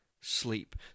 sleep